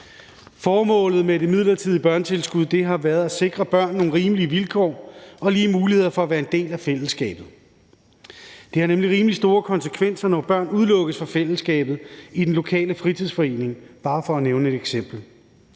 Formålet med det midlertidige børnetilskud har været at sikre børn nogle rimelige vilkår og lige muligheder for at være en del af fællesskabet. Det har nemlig rimelig store konsekvenser, når børn udelukkes fra fællesskabet i den lokale fritidsforening, bare for at nævne et eksempel.